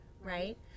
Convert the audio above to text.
Right